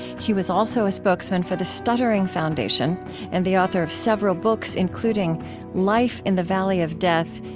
he was also a spokesman for the stuttering foundation and the author of several books, including life in the valley of death,